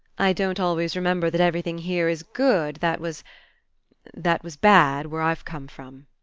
i don't always remember that everything here is good that was that was bad where i've come from.